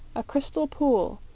a crystal pool,